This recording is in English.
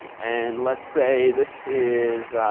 and let's say this is